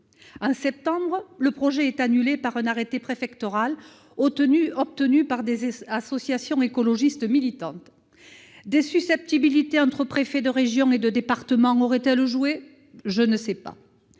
En septembre dernier, le projet est annulé par un nouvel arrêté préfectoral, obtenu par des associations écologistes militantes. Des susceptibilités entre préfets de région et de département auraient-elles joué ? Je ne sais pas.